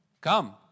Come